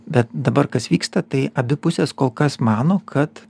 bet dabar kas vyksta tai abi pusės kol kas mano kad